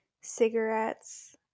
cigarettes